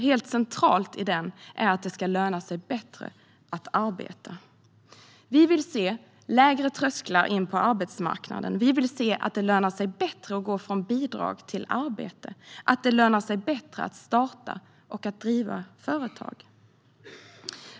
Helt centralt i den är att det ska löna sig bättre att arbeta. Vi vill se lägre trösklar in till arbetsmarknaden. Vi vill se att det lönar sig bättre att gå från bidrag till arbete och att det lönar sig bättre att starta och driva företag.